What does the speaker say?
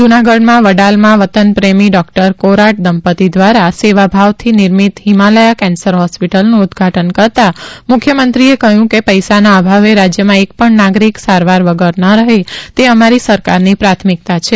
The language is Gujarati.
જુનાગઢમાં વડાલમાં વતનપ્રેમી ડોક્ટર કોરાટ દંપતિ દવારા સેવાભાવથી નિર્મિત હિમાલયા કેન્સર હોસ્પીટલનું ઉદઘાટન કરતા મુખ્યમંત્રીએ કહ્યું હતુ કે પૈસાના અભાવે રાજ્યમાં એક પણ નાગરિક સારવાર વગર ન રહે તે અમારી સરકારની પ્રાથમિકતા છે